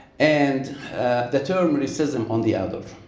and the term racism, on the other.